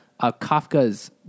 Kafka's